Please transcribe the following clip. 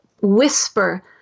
whisper